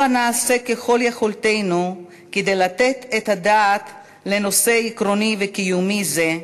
הבה נעשה ככל יכולתנו כדי לתת את הדעת לנושא עקרוני וקיומי זה,